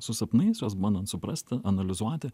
su sapnais juos bandant suprasti analizuoti